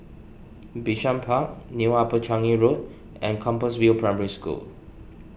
Bishan Park New Upper Changi Road and Compassvale Primary School